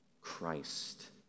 Christ